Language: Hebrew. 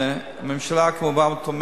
הממשלה, כמובן, תומכת